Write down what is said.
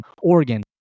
Oregon